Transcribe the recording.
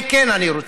את זה כן אני רוצה.